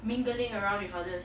mingling around with others